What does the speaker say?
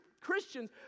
Christians